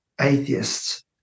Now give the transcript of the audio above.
atheists